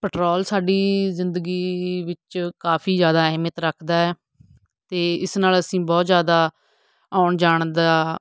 petrol ਸਾਡੀ ਜ਼ਿੰਦਗੀ ਵਿੱਚ ਕਾਫੀ ਜ਼ਿਆਦਾ ਅਹਿਮੀਅਤ ਰੱਖਦਾ ਅਤੇ ਇਸ ਨਾਲ ਅਸੀਂ ਬਹੁਤ ਜ਼ਿਆਦਾ ਆਉਣ ਜਾਣ ਦਾ